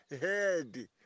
head